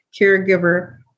caregiver